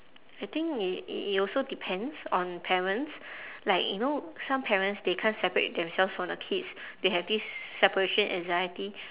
I think it it it also depends on parents like you know some parents they can't separate themselves from the kids they have this separation anxiety